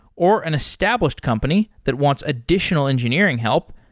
or an established company that wants additional engineering help,